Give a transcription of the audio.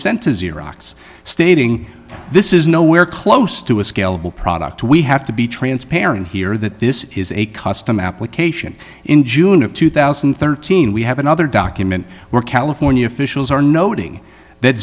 xerox stating this is nowhere close to a scalable product we have to be transparent here that this is a custom application in june of two thousand and thirteen we have another document we're california officials are noting that